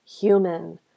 human